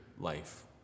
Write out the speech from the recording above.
life